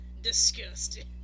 disgusting